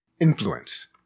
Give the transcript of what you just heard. influence